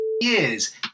years